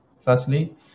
firstly